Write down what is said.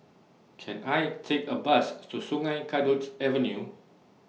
Can I Take A Bus to Sungei Kadut Avenue